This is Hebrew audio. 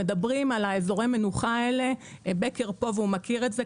מדברים על אזורי מנוחה ד"ר בקר שנמצא פה מכיר את זה,